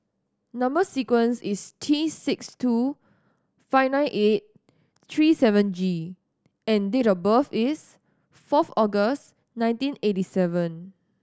number sequence is T six two five nine eight three seven G and date of birth is fourth August nineteen eighty seven